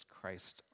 Christ